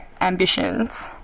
ambitions